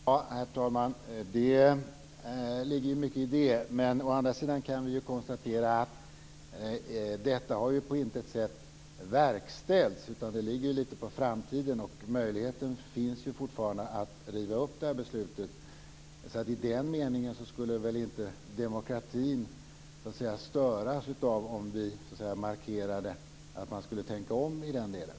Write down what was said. Herr talman! Det ligger mycket i det, men å andra sidan kan vi konstatera att detta på intet sätt har verkställts. Det ligger lite på framtiden. Möjligheten finns fortfarande att riva upp beslutet. I den meningen skulle väl inte demokratin störas av att vi markerade att man skulle tänka om i den här delen.